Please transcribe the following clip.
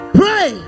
pray